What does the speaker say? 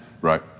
Right